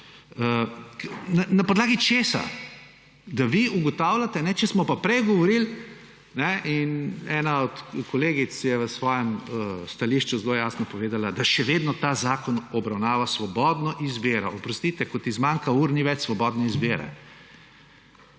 Na podlagi česa? Da vi ugotavljate, če smo pa prej govorili in ena od kolegic je v svojem stališču zelo jasno povedala, da še vedno ta zakon obravnava svobodno izbiro. Oprostite, ko ti zmanjka ur, ni več svobodne izbire.